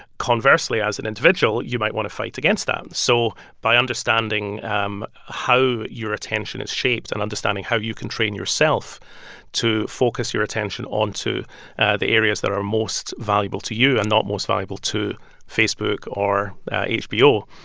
conversely, as an individual, you might want to fight against that. so by understanding um how your attention is shaped and understanding how you can train yourself to focus your attention onto the areas that are most valuable to you and not most valuable to facebook or hbo,